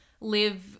live